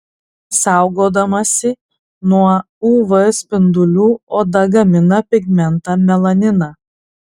saugodamasi nuo uv spindulių oda gamina pigmentą melaniną